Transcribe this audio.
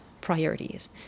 priorities